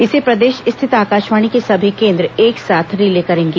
इसे प्रदेश स्थित आकाशवाणी के सभी केंद्र एक साथ रिले करेंगे